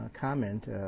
comment